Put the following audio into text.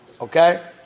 Okay